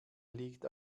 liegt